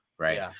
Right